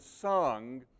sung